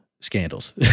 scandals